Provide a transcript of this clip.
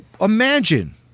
imagine